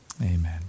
Amen